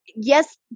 yes